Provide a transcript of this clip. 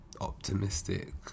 Optimistic